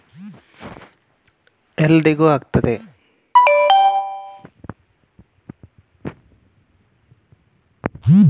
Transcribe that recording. APL card ಇದ್ದವರಿಗೆ ಮಾತ್ರ KYC ಮಾಡಲಿಕ್ಕೆ ಆಗುತ್ತದಾ?